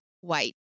white